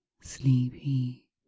sleepy